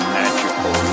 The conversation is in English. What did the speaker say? magical